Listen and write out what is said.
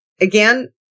Again